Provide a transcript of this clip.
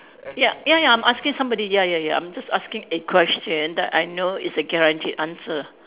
ya ya ya I'm asking somebody ya ya ya I'm just asking a question that I know is a guaranteed answer